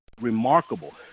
remarkable